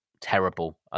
terrible